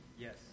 Yes